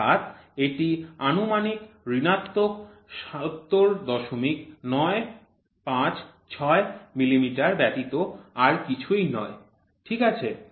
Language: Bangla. অর্থাৎ এটি আনুমানিক ঋণাত্মক ৭০৯৫৬ মিলিমিটার ব্যতীত আর কিছুই নয় ঠিক আছে